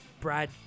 Brad